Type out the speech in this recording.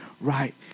right